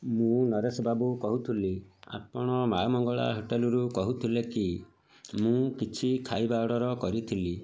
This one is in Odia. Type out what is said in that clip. ମୁଁ ନରେଶ ବାବୁ କହୁଥିଲି ଆପଣ ମାଆ ମଙ୍ଗଳା ହୋଟେଲରୁ କହୁଥିଲେ କି ମୁଁ କିଛି ଖାଇବା ଅର୍ଡ଼ର କରିଥିଲି